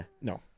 No